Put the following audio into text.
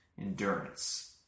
endurance